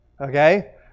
Okay